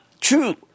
true